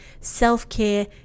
self-care